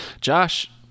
josh